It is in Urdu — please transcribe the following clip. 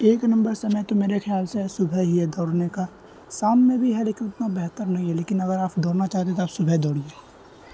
ایک نمبر سمے تو میرے خیال سے صبح ہی ہے دوڑنے کا شام میں بھی ہے لیکن اتنا بہتر نہیں ہے لیکن اگر آپ دوڑنا چاہتے ہیں تو آپ صبح دوڑیے